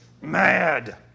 mad